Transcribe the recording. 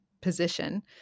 position